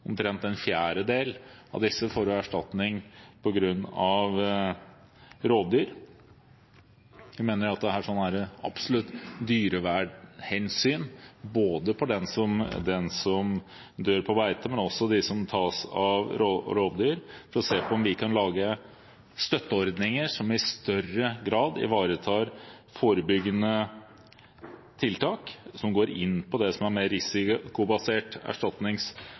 Omtrent en fjerdedel av disse får man erstatning for på grunn av rovdyr. Jeg mener at det er absolutt dyrevernhensyn, både for dem som dør på beite, og for dem som tas av rovdyr, å se på om vi kan lage støtteordninger som i større grad ivaretar forebyggende tiltak som går inn på det som er mer